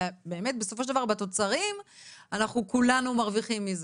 אלא באמת בסופו של דבר בתוצרים אנחנו כולנו מרוויחים מזה.